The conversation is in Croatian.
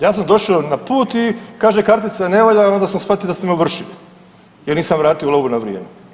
Ja sam došao na put i kaže kartica ne valja i onda sam shvatio da ste me ovršili jer nisam vratio lovu na vrijeme.